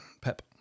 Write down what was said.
Pep